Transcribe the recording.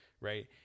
right